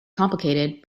complicated